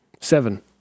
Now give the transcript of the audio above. Seven